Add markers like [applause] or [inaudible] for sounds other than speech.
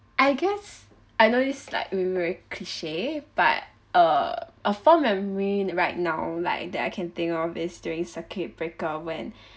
I guess I know it's like very very cliche but uh a fond memory right now like that I can think of is during circuit breaker when [breath]